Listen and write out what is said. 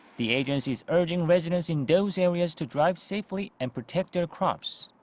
the agency is urging residents in those areas to drive safely and protect their crops.